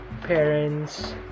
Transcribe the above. parents